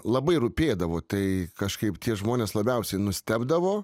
labai rūpėdavo tai kažkaip tie žmonės labiausiai nustebdavo